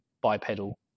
bipedal